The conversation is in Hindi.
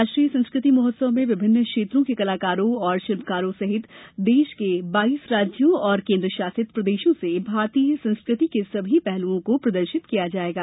राष्ट्रीय संस्कृति महोत्सव में विभिन्न क्षेत्रों के कलाकारों और शिल्पकारों सहित देश के कई राज्यों और केंद्र शासित प्रदेशों से भारतीय संस्कृति के सभी पहलुओं को प्रदर्शित किया जाएगा